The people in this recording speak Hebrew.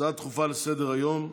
הצעות דחופות לסדר-היום בנושא: